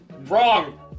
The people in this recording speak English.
wrong